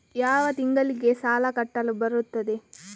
ಯಾವ ತಿಂಗಳಿಗೆ ಸಾಲ ಕಟ್ಟಲು ಬರುತ್ತದೆ?